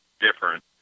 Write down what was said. different